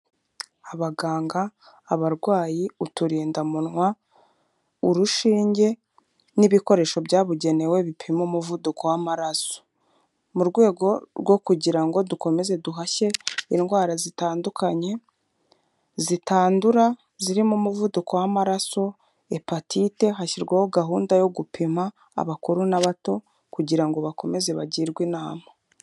Abaganga, abarwayi, uturindamunwa, urushinge n'ibikoresho byabugenewe bipima umuvuduko w'amaraso. Mu rwego rwo kugira ngo dukomeze duhashye indwara zitandukanye, zitandura zirimo umuvuduko w'amaraso, epatite, hashyirwaho gahunda yo gupima abakuru n'abato kugira ngo bakomeze bagirwe inama.